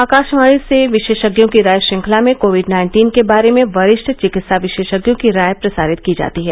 आकाशवाणी से विशेषज्ञों की राय श्रृंखला में कोविड नाइन्टीन के बारे में वरिष्ठ चिकित्सा विशेषज्ञों की राय प्रसारित की जाती है